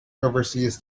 overseas